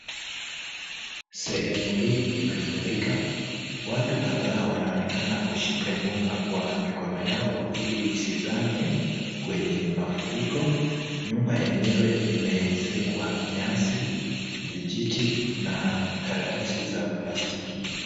Sehemu hii imefurika. Watu kadhaa wanaonekana kushika nyumba kwa mikono yao ili isizame kwenye mafuriko. Nyumba yenyewe imeezekwa nyasi, vijiti na karatasi za plastiki.